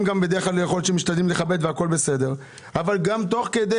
בדרך כלל ההורים משתדלים לכבד והכול בסדר אבל גם תוך כדי